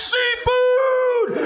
Seafood